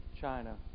China